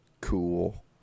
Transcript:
Cool